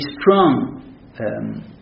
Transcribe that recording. strong